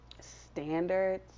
standards